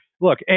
look